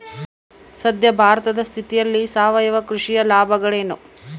ಸದ್ಯ ಭಾರತದ ಸ್ಥಿತಿಯಲ್ಲಿ ಸಾವಯವ ಕೃಷಿಯ ಲಾಭಗಳೇನು?